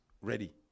ready